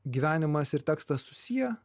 gyvenimas ir tekstas susiję